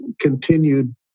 continued